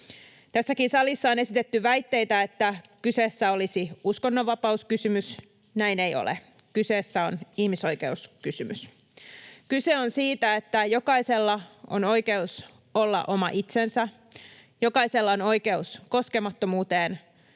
Tässäkin salissa on esitetty väitteitä, että kyseessä olisi uskonnonvapauskysymys. Näin ei ole. Kyseessä on ihmisoikeuskysymys. Kyse on siitä, että jokaisella on oikeus olla oma itsensä. Jokaisella on oikeus koskemattomuuteen,